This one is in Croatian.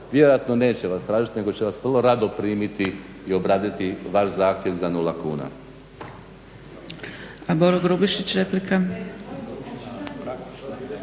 vjerojatno vas neće tražiti nego će vas vrlo rado primiti i obraditi vaš zahtjev za 0 kuna.